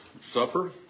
supper